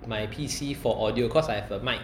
my P_C for audio cause I have a mic~